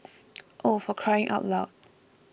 oh for crying out loud